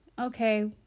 okay